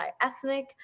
ethnic